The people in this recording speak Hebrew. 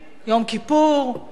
ביום כיפור,